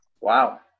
Wow